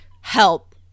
Help